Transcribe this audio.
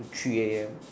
to three A_M